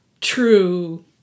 true